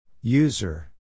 User